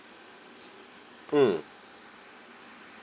mm